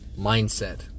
Mindset